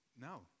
no